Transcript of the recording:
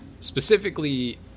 specifically